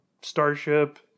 starship